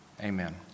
Amen